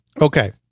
Okay